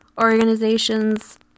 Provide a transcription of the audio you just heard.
organizations